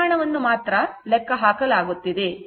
ಪರಿಮಾಣವನ್ನು ಮಾತ್ರ ಲೆಕ್ಕಹಾಕಲಾಗುತ್ತಿದೆ